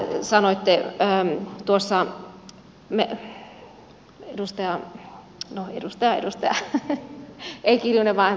sanoitte tuossa no edustaja ei kiljunen vaan tämä